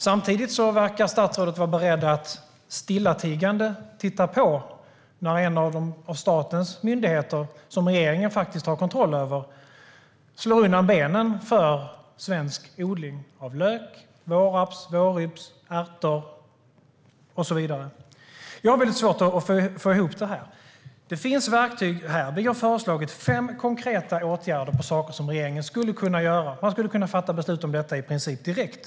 Samtidigt verkar statsrådet beredd att stillatigande titta på när en av statens myndigheter, som regeringen faktiskt har kontroll över, slår undan benen för svensk odling av lök, vårraps, vårrybs, ärtor och så vidare. Jag har väldigt svårt att få ihop detta. Det finns verktyg. Vi har föreslagit fem konkreta åtgärder regeringen skulle kunna vidta. Man skulle kunna fatta beslut om detta i princip direkt.